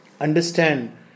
understand